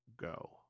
go